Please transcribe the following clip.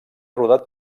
rodat